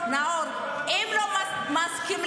אם אתה לא מסכים,